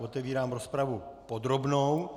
Otevírám rozpravu podrobnou.